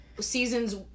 seasons